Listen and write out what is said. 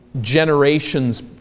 generations